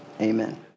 Amen